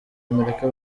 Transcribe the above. amerika